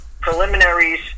Preliminaries